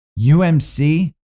UMC